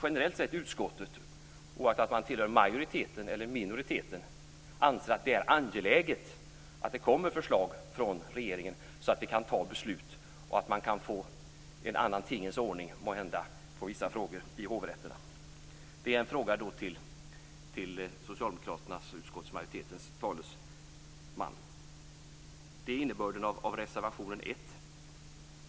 Generellt sett anser ju utskottet, oavsett om man tillhör majoriteten eller minoriteten, att det är angeläget att det kommer förslag från regeringen så att vi kan fatta beslut och så att man måhända kan få en annan tingens ordning vad gäller vissa frågor i hovrätterna. Det är en fråga till Socialdemokraternas och utskottsmajoritetens talesman. Det är innebörden av reservationen 1.